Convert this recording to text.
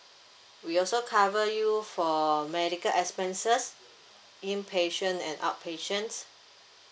we also cover you for medical expenses inpatient and outpatients